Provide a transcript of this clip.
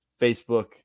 Facebook